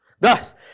Thus